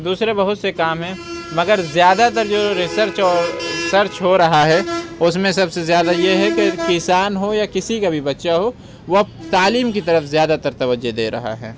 دوسرے بہت سے کام ہیں مگر زیادہ تر جو ریسرچ اور سرچ ہو رہا ہے اس میں سب سے زیادہ یہ ہے کہ کسان ہو یا کسی کا بھی بچہ ہو وہ اب تعلیم کی طرف زیادہ تر توجہ دے رہا ہے